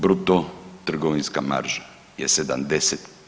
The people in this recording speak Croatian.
Bruto trgovinska marža je 70%